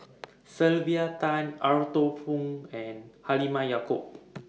Sylvia Tan Arthur Fong and Halimah Yacob